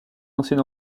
ancien